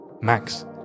Max